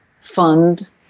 fund